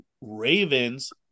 Ravens